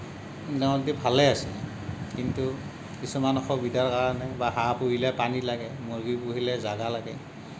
মোটামোটি ভালে আছিল কিন্তু কিছুমান অসুবিধাৰ কাৰণে বা হাঁহ পুহিলে পানী লাগে মূৰ্গী পুহিলে জাগা লাগে